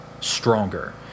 stronger